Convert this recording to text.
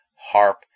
harp